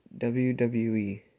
WWE